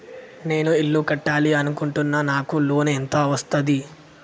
నేను ఇల్లు కట్టాలి అనుకుంటున్నా? నాకు లోన్ ఎంత వస్తది?